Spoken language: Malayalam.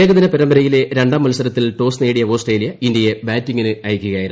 ഏകദിന പരമ്പരയിലെ രണ്ടാം മത്സരത്തിൽ ടോസ് നേടിയ ഓസ്ട്രേലിയ ഇന്തൃയെ ബാറ്റിംഗിന് അയയ്ക്കുകയായിരുന്നു